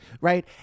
right